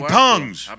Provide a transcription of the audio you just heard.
tongues